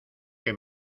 que